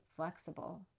flexible